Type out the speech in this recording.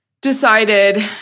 decided